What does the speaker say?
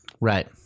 Right